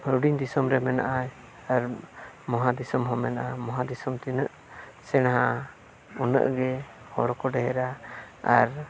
ᱦᱩᱰᱤᱧ ᱫᱤᱥᱚᱢ ᱨᱮ ᱢᱮᱱᱟᱜᱼᱟ ᱟᱨ ᱢᱚᱦᱟᱫᱤᱥᱚᱢ ᱦᱚᱸ ᱢᱮᱱᱟᱜᱼᱟ ᱢᱚᱦᱟ ᱫᱤᱥᱚᱢ ᱛᱤᱱᱟᱹᱜ ᱥᱮᱬᱟᱣᱟ ᱩᱱᱟᱹᱜ ᱜᱮ ᱦᱚᱲᱠᱚ ᱰᱷᱮᱨᱟ ᱟᱨ